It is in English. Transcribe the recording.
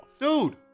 Dude